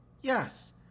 Yes